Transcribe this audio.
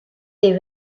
des